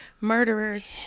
murderers